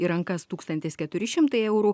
į rankas tūkstantis keturi šimtai eurų